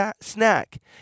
snack